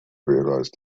realize